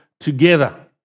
together